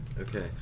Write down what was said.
Okay